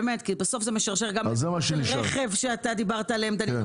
בסוף זה משרשר גם לכלי רכב שדיברת עליהם דנינו,